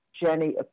Jenny